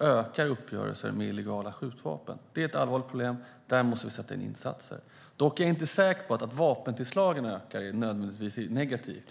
ökar uppgörelser med illegala skjutvapen. Det är ett allvarligt problem, och där måste vi sätta in insatser. Dock är jag inte säker på att detta att vapentillslagen ökar nödvändigtvis är negativt.